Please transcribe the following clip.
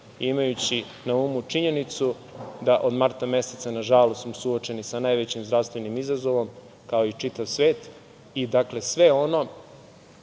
imajući na umu činjenicu da od marta meseca, nažalost smo suočeni sa najvećim zdravstvenim izazovom, kao i čitav svet. Dakle, sve ono